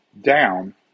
down